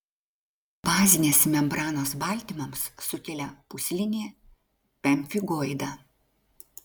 bazinės membranos baltymams sukelia pūslinį pemfigoidą